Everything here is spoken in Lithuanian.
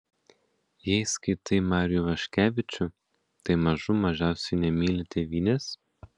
jei skaitai marių ivaškevičių tai mažų mažiausiai nemyli tėvynės